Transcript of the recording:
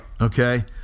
okay